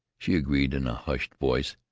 she agreed in a hushed voice.